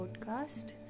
podcast